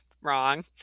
wrong